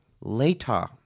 later